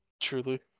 Truly